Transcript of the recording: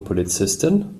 polizistin